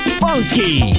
funky